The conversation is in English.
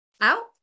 out